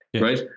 right